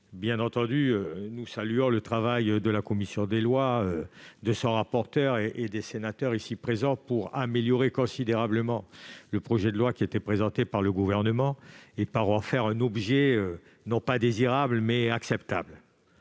Bien entendu, nous saluons le travail de la commission des lois, de son rapporteur et des sénateurs ici présents pour améliorer considérablement le projet de loi qui était présenté par le Gouvernement et pour en faire un objet, non pas désirable, mais acceptable.